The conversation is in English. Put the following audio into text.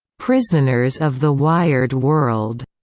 prisoners of the wired world,